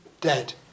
dead